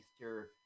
Easter